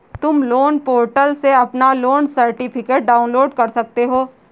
तुम loan portal से अपना लोन सर्टिफिकेट डाउनलोड कर सकते हो